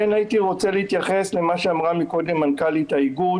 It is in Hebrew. כן הייתי רוצה להתייחס למה שאמרה קודם מנכ"לית האיגוד